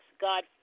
God